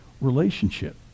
relationship